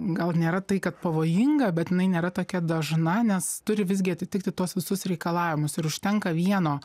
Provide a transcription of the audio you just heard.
gal nėra tai kad pavojinga bet jinai nėra tokia dažna nes turi visgi atitikti tuos visus reikalavimus ir užtenka vieno